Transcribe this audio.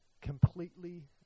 completely